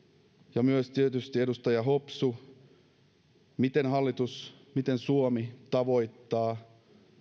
ja myös tietysti edustaja hopsulle miten hallitus miten suomi tavoittaa